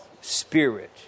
spirit